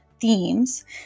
themes